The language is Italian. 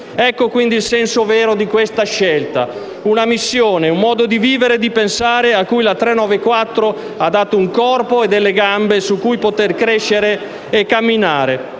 Ecco quindi il senso vero di questa scelta: una missione, un modo di vivere e di pensare a cui la legge n. 394 ha dato un corpo e gambe su cui poter crescere e camminare.